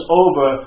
over